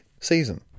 season